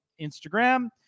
Instagram